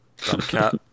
cat